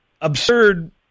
absurd